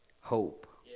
hope